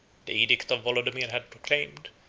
the edict of wolodomir had proclaimed,